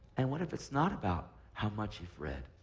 and what if it's not about how much you've read?